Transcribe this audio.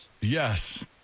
Yes